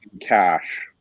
cash